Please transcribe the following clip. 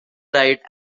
ride